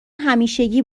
همیشگی